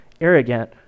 arrogant